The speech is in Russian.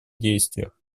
действиях